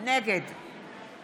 נגד